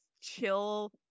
chill